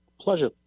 pleasure